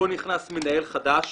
פה נכנס מנהל חדש.